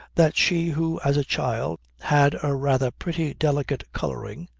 that she who as a child had a rather pretty delicate colouring,